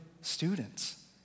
students